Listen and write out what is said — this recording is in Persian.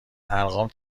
ارقام